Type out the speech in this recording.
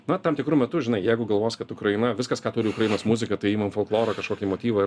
na tam tikru metu žinai jeigu galvos kad ukraina viskas ką turi ukrainos muzika tai imam folkloro kažkokį motyvą ir